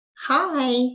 Hi